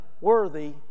worthy